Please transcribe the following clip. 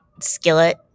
skillet